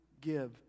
give